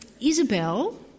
Isabel